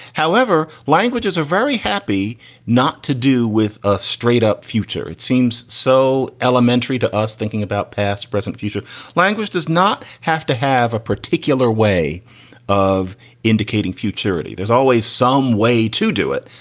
however, languages are very happy not to do with a straight up future. it seems so elementary to us. thinking about past, present future language does not have to have a particular way of indicating futurity. there's always some way to do it.